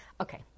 Okay